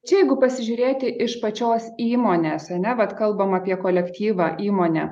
čia jeigu pasižiūrėti iš pačios įmonės ar ne vat kalbam apie kolektyvą įmonę